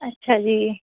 ਅੱਛਾ ਜੀ